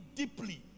deeply